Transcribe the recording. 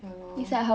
ya lor